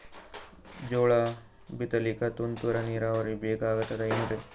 ಜೋಳ ಬಿತಲಿಕ ತುಂತುರ ನೀರಾವರಿ ಬೇಕಾಗತದ ಏನ್ರೀ?